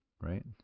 right